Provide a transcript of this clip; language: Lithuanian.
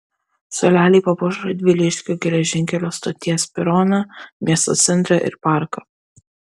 suoleliai papuoš radviliškio geležinkelio stoties peroną miesto centrą ir parką